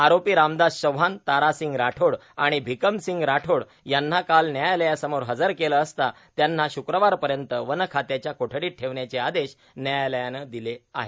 आरोपी रामदास चव्हाण तारासिंग राठोड आणि भिकमसिंग राठोड यांना काल न्यायालयासमोर हजर केले असता त्यांना शुक्रवारपर्यंत वनखात्याच्या कोठडीत ठेवण्याचे आदेश न्यायालयानं दिले आहेत